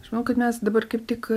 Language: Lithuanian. aš manau kad mes dabar kaip tik